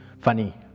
funny